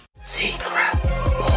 Secret